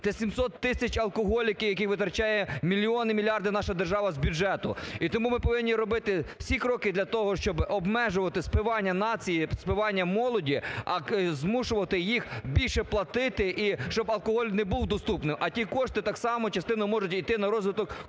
це 700 тисяч алкоголіків, які витрачає мільйони, мільярди наша держава з бюджету. І тому ми повинні робити всі кроки для того, щоб обмежувати спивання нації, спивання молоді, а змушувати їх більше платити і щоб алкоголь не був доступним. А ті кошти так само частина можуть іти на розвиток культури,